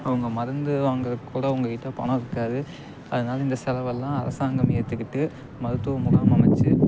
அவங்க மருந்து வாங்குகிறதுக்கு கூட அவங்கக்கிட்ட பணம் இருக்காது அதனால் இந்த செலவெல்லாம் அரசாங்கம் ஏற்றுக்கிட்டு மருத்துவ முகாம் அமைச்சி